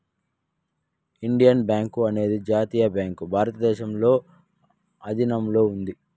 Indian bank అనేది జాతీయ bank భారతదేశంలో ఆధీనంలో ఉంది